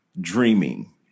Dreaming